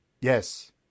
Yes